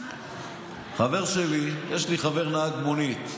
יש לי חבר נהג מונית.